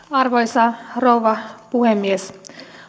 arvoisa rouva puhemies